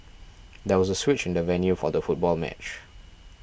there was a switch in the venue for the football match